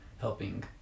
helping